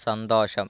സന്തോഷം